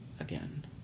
again